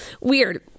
weird